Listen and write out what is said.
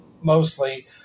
mostly